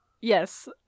Yes